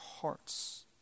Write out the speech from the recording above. hearts